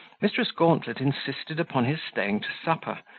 mrs. gauntlet insisted upon his staying to supper,